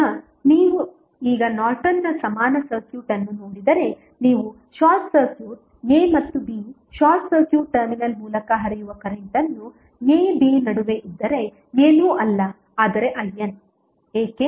ಈಗ ನೀವು ಈಗ ನಾರ್ಟನ್ನ ಸಮಾನ ಸರ್ಕ್ಯೂಟ್ ಅನ್ನು ನೋಡಿದರೆ ನೀವು ಶಾರ್ಟ್ ಸರ್ಕ್ಯೂಟ್ a ಮತ್ತು b ಶಾರ್ಟ್ ಸರ್ಕ್ಯೂಟ್ ಟರ್ಮಿನಲ್ ಮೂಲಕ ಹರಿಯುವ ಕರೆಂಟ್ ಅನ್ನು a b ನಡುವೆ ಇದ್ದರೆ ಏನೂ ಅಲ್ಲ ಆದರೆ IN ಏಕೆ